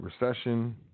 recession